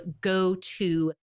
go-to